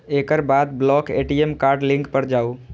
एकर बाद block ATM card link पर जाउ